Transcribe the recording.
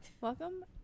Welcome